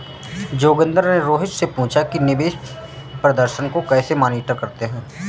जोगिंदर ने रोहित से पूछा कि निवेश प्रदर्शन को कैसे मॉनिटर करते हैं?